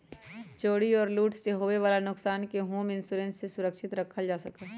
चोरी और लूट से होवे वाला नुकसान के होम इंश्योरेंस से सुरक्षित रखल जा सका हई